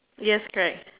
yes correct